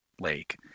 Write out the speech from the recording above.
Lake